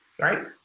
right